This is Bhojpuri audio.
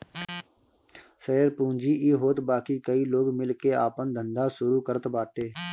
शेयर पूंजी इ होत बाकी कई लोग मिल के आपन धंधा शुरू करत बाटे